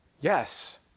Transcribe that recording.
Yes